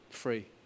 free